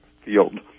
field